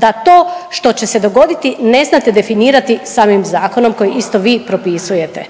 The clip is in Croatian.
da to što će se dogoditi ne znate definirati samim zakonom koji isto vi propisujete.